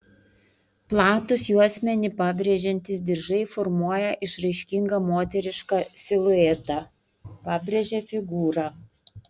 platūs juosmenį pabrėžiantys diržai formuoja išraiškingą moterišką siluetą pabrėžia figūrą